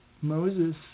Moses